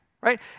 Right